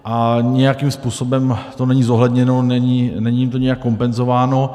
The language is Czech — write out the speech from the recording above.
A nijakým způsobem to není zohledněno, není to nijak kompenzováno.